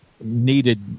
needed